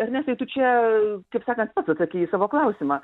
ernestai tu čia taip sakant pats atsakei į savo klausimą